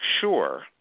sure